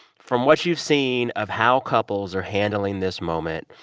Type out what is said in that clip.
from what you've seen of how couples are handling this moment,